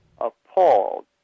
appalled